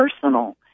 personal